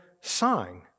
sign